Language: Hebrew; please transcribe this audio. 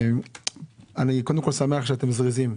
אני שמח שאתם זריזים.